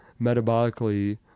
metabolically